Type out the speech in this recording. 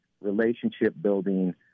relationship-building